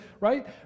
right